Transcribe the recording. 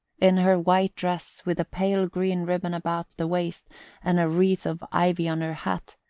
in her white dress, with a pale green ribbon about the waist and a wreath of ivy on her hat,